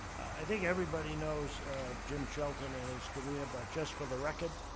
i think everybody knows jim shelton and his career, but just for the record,